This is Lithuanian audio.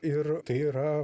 ir tai yra